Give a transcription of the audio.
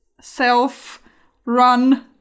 self-run